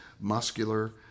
muscular